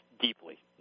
deeply